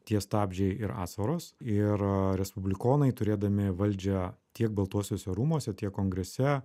tie stabdžiai ir atsvaros ir respublikonai turėdami valdžią tiek baltuosiuose rūmuose tiek kongrese